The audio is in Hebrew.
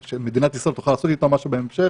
שמדינת ישראל תוכל לעשות איתם משהו בהמשך